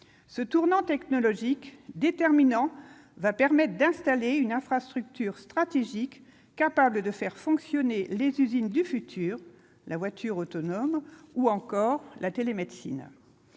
Ce tournant technologique déterminant permettra d'installer une infrastructure stratégique capable de faire fonctionner les usines du futur, la voiture autonome, ou encore la télémédecine.